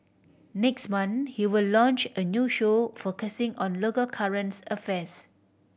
next month he will launch a new show focusing on local currents affairs